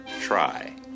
Try